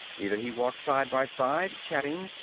either he walked side by side, chatting,